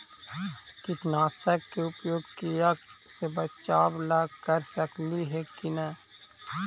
कीटनाशक के उपयोग किड़ा से बचाव ल कर सकली हे की न?